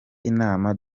inama